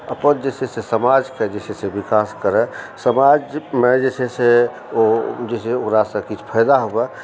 अपन जे छै से समाजके जे छै से विकास करय समाजमे जे छै से ओ जे छै ओकरासँ किछु फायदा हुअ